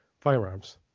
firearms